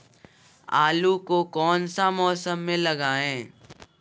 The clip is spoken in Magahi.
आलू को कौन सा मौसम में लगाए?